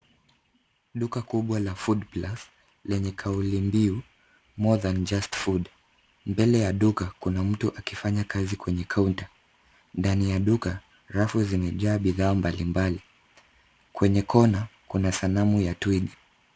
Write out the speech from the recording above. Duka kubwa la FOOD PLUS lenye kauli mbiu More thank just food .Mbeke ya duka kuna mtu akifanya kazi kwenye counter .Ndani ya duka rafu zimejaa bidhaa mbalimbali. Kwenye kona kuna sanamu ya twiga.